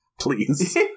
Please